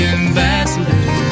ambassador